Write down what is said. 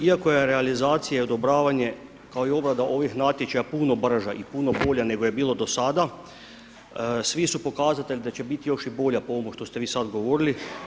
Iako je realizacija i odobravanje kao i obrada ovih natječaja puno brža i puno bolja nego je bilo do sada, svi su pokazatelji da će biti još i bolje po ovomu što ste vi sad govorili.